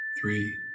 three